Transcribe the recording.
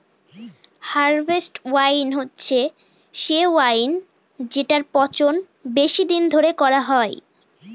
harvest wine হচ্ছে সে wine যেটার পচন বেশি দিন ধরে করা হয়